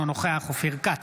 אינו נוכח אופיר כץ,